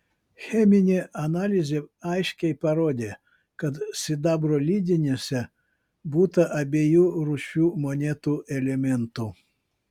cheminė analizė aiškiai parodė kad sidabro lydiniuose būta abiejų rūšių monetų elementų